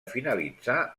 finalitzar